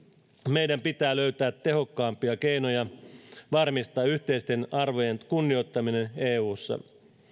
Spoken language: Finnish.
meidän pitää löytää tehokkaampia keinoja varmistaa yhteisten arvojen kunnioittaminen eussa